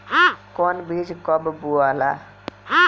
कौन बीज कब बोआला?